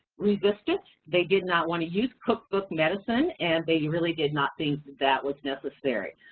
resistant. they did not wanna use cookbook medicine, and they really did not think that was necessary.